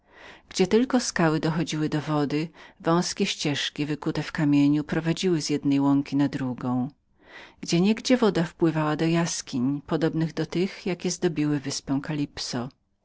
gdzie tylko skały zachodziły w wodę drobne ścieżki wykute w kamieniu prowadziły z jednego pagórka na drugi w innych miejscach woda wpływała do jaskiń podobnych do tych jakie zdobiły wyspę kalipsy